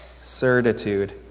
certitude